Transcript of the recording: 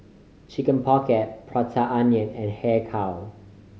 Chicken Pocket Prata Onion and Har Kow